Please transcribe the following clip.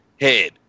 head